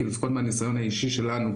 כי לפחות מהניסיון האישי שלנו,